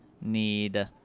need